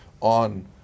on